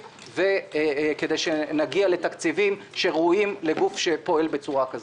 כדי שנגיע לתקציבים שראויים לגוף שפועל בצורה כזאת.